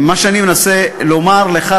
חבר הכנסת כבל, בבקשה,